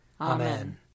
Amen